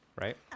Right